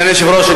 אדוני היושב-ראש,